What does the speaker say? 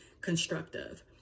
constructive